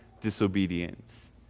disobedience